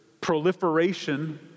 proliferation